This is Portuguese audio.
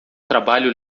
trabalho